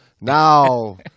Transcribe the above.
now